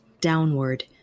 downward